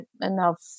enough